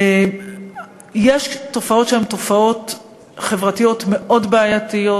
יש תופעות שהן תופעות חברתיות מאוד בעייתיות.